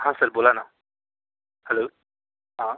हां सर बोला ना हॅलो हां